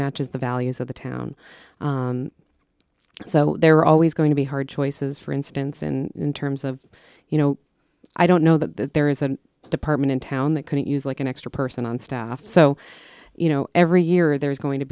matches the values of the town so there are always going to be hard choices for instance and in terms of you know i don't know that there is a department in town that couldn't use like an extra person on staff so you know every year there's going to